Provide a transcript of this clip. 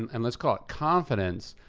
um and let's call it confidence,